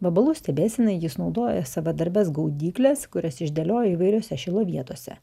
vabalų stebėsenai jis naudoja savadarbes gaudykles kurias išdėliojo įvairiose šilo vietose